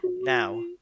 now